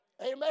Amen